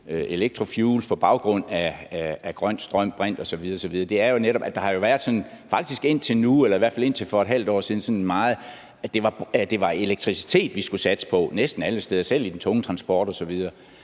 electrofuels på baggrund af grøn strøm, brint osv., er jo netop, at der faktisk indtil nu, eller i hvert fald indtil for et halvt år siden, har været sådan meget med, at det var elektricitet, vi skulle satse på næsten alle steder, selv i den tunge transport osv.